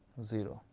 zero,